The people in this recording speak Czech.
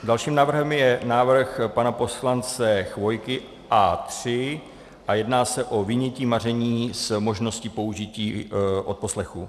Dalším návrhem je návrh pana poslance Chvojky A3 a jedná se o vynětí maření s možností použití odposlechu.